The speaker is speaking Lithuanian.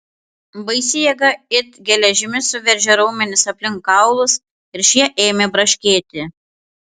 baisi jėga it geležimi suveržė raumenis aplink kaulus ir šie ėmė braškėti